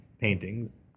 paintings